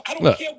look